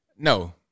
No